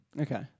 Okay